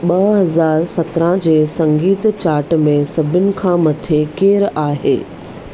ॿ हज़ार सत्रहं जे संगीत चार्ट में सभिनी खां मथे केरु आहे